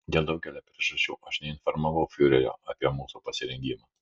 dėl daugelio priežasčių aš neinformavau fiurerio apie mūsų pasirengimą